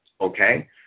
Okay